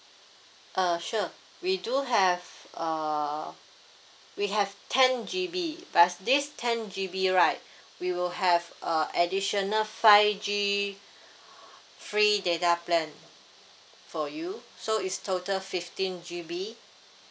uh sure we do have uh we have ten G_B but this ten G_B right we will have a additional five G free data plan for you so it's total fifteen G_B